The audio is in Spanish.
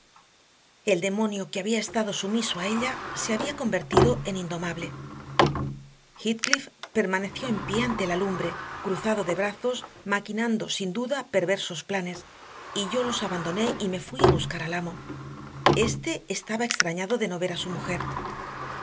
el demonio que había estado sumiso a ella se había convertido en indomable heathcliff permaneció en pie ante la lumbre cruzado de brazos maquinando sin duda perversos planes y yo los abandoné y me fui a buscar al amo éste estaba extrañado de no ver a su mujer